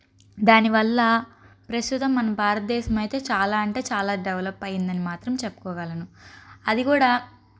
దానివల్ల ప్రస్తుతం మన భారతదేశమైతే చాలా అంటే చాలా డెవలప్ అయిందని మాత్రం చెప్పకోగలను అది కూడా